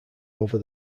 over